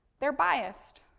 they're bias,